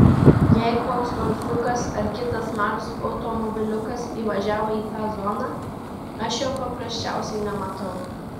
jei koks golfiukas ar kitas mažas automobiliukas įvažiavo į tą zoną aš jo paprasčiausiai nematau